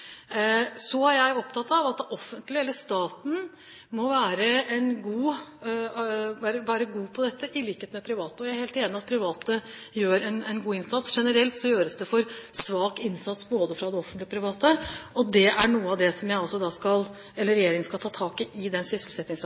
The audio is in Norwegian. Så er jeg opptatt av at det offentlige eller staten må være god på dette, i likhet med private. Jeg er helt enig i at private gjør en god innsats. Generelt gjøres det for svak innsats både fra det offentlige og det private. Det er noe av det som regjeringen skal ta tak i i sysselsettingsstrategien. Så jeg kommer tilbake med nærmere besvarelse på den biten når den